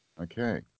Okay